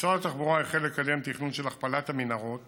משרד התחבורה החל לקדם תכנון של הכפלת המנהרות